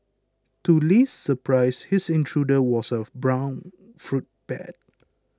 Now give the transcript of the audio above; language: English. to Li's surprise his intruder was of brown fruit bat